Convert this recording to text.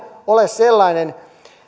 ole sellainen